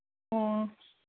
ꯑꯣ